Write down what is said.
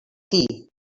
qui